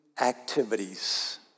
activities